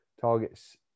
targets